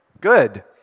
good